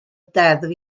deddf